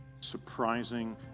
surprising